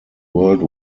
world